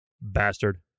Bastard